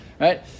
right